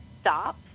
stop